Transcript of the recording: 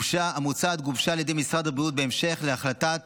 המוצעת גובשה על ידי משרד הבריאות בהמשך להחלטת